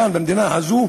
כשמיום שקמה המדינה הזאת